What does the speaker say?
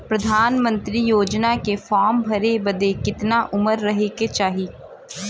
प्रधानमंत्री योजना के फॉर्म भरे बदे कितना उमर रहे के चाही?